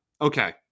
Okay